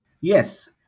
Yes